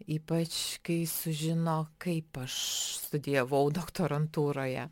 ypač kai sužino kaip aš studijavau doktorantūroje